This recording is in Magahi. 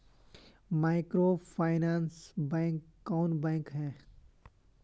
माइक्रोफाइनांस बैंक कौन बैंक है?